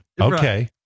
Okay